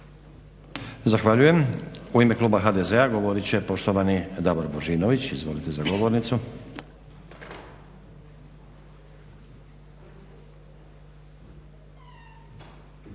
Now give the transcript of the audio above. Zahvaljujem. U ime kluba HDZ-a govorit će poštovani Davor Božinović. Izvolite za govornicu.